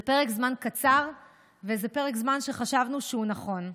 זה פרק זמן קצר שחשבנו שהוא נכון.